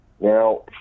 Now